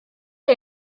fel